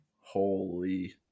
Holy